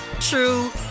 true